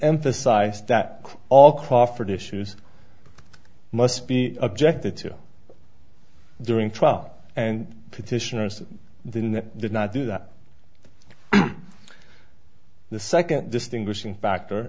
emphasized that all crawford issues must be objected to during trial and petitioners the in did not do that the second distinguishing factor